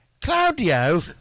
Claudio